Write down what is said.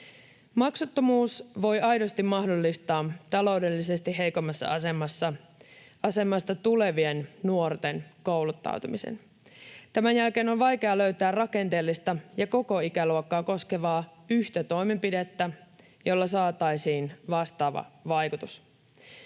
Maksuttomuus voi aidosti mahdollistaa taloudellisesti heikommasta asemasta tulevien nuorten kouluttautumisen. Tämän jälkeen on vaikea löytää rakenteellista ja koko ikäluokkaa koskevaa yhtä toimenpidettä, jolla saataisiin vastaava vaikutus.